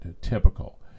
typical